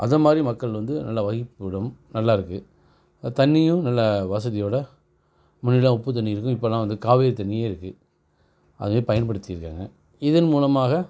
அதுமாதிரி மக்கள் வந்து நல்லா வசிப்பிடம் நல்லாயிருக்கு தண்ணியும் நல்லா வசதியோட முன்னாடியெலாம் உப்பு தண்ணி இருக்கும் இப்பெல்லாம் வந்து காவேரி தண்ணியே இருக்குது அதே பயன்படுத்தியிருக்காங்க இதன் மூலமாக